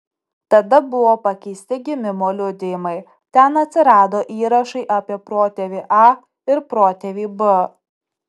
tada buvo pakeisti gimimo liudijimai ten atsirado įrašai apie protėvį a ir protėvį b